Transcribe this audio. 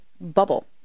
bubble